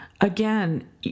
again